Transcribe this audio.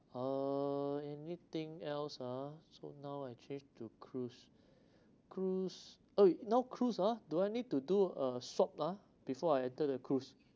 uh anything else ah so now I change to cruise cruise oh now cruise ah do I need to do a swab ah before I enter the cruise